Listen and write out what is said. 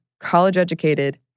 college-educated